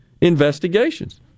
investigations